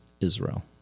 Israel